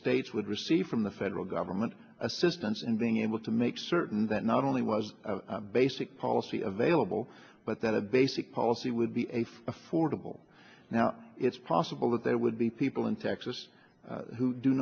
states would receive from the federal government assistance in being able to make certain that not only was a basic policy available but that a basic policy would be a affordable now it's possible that they would be people in texas who do